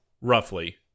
roughly